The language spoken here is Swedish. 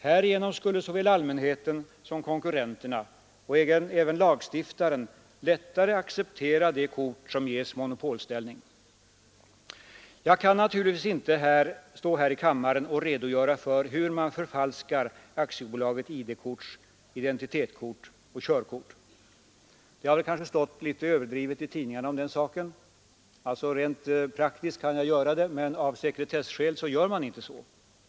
Härigenom skulle såväl allmänheten som konkurrenterna och även lagstiftaren lättare acceptera det kort som ges monopolställning. Jag kan naturligtvis inte stå här i kammaren och redogöra för hur man förfalskar Aktiebolaget ID-korts identitetskort och körkort. Det har kanske stått litet överdrivet i tidningarna om den saken. Rent praktiskt skulle jag naturligtvis kunna göra det, men av sekretesskäl gör man inte så.